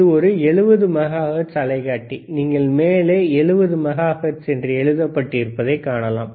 இது ஒரு 70 மெகாஹெர்ட்ஸ் அலைக்காட்டி நீங்கள் மேலே 70 மெகாஹெர்ட்ஸ் என்று எழுதப்பட்டிருப்பதை காணலாம்